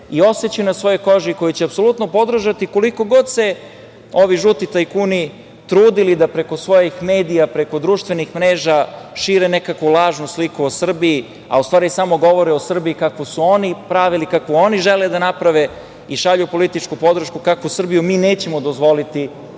osećaju na svojoj koži, koju će apsolutno podržati, koliko god se ovi žuti tajkuni trudili da preko svojih medija, društvenih mreža šire nekakvu lažnu sliku o Srbiji, a u stvari samo govore o Srbiji kakvu su oni pravili, kakvu oni žele da naprave i šalju političku podršku kakvu Srbiju mi nećemo dozvoliti